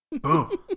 boom